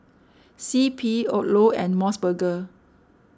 C P Odlo and Mos Burger